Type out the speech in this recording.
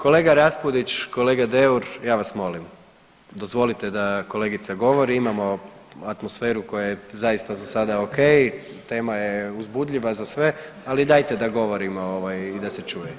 Kolega Raspudić, kolega Deur, ja vas molim dozvolite da kolegica govori, imamo atmosferu koja je zaista za sada ok, tema je uzbudljiva za sve, ali dajte da govorimo ovaj i da se čuje.